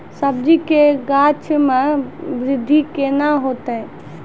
सब्जी के गाछ मे बृद्धि कैना होतै?